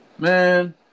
Man